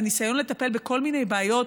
בניסיון לטפל בכל מיני בעיות,